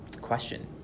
question